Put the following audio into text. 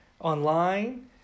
online